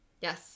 yes